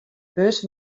bus